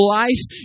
life